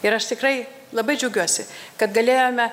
ir aš tikrai labai džiaugiuosi kad galėjome